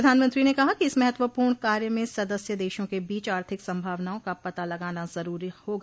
प्रधानमंत्री ने कहा कि इस महत्वपूर्ण कार्य में सदस्य देशों के बीच आर्थिक संभावनाओं का पता लगाना जरूरी होगा